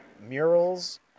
murals